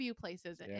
places